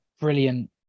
brilliant